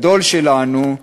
הגדול שלנו,